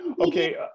Okay